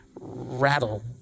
rattle